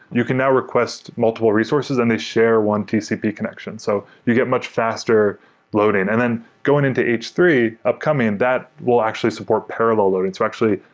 you can now request multiple resources and they share one pcp connection. so you get much faster loading. and then going into h three upcoming, that will actually support parallel loading. so actually,